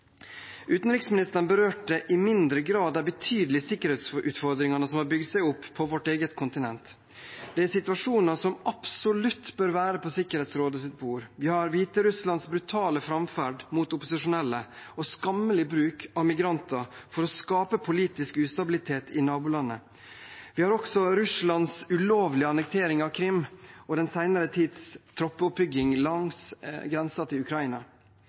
Utenriksministeren berørte i mindre grad de betydelige sikkerhetsutfordringene som har bygd seg opp på vårt eget kontinent. Det er situasjoner som absolutt bør være på Sikkerhetsrådets bord. Vi har Hviterusslands brutale framferd mot opposisjonelle og skammelige bruk av migranter for å skape politisk ustabilitet i nabolandet. Vi har også Russlands ulovlige annektering av Krim og den senere tids troppeoppbygging langs grensen til Ukraina.